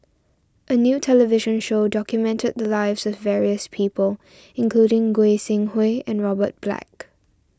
a new television show documented the lives of various people including Goi Seng Hui and Robert Black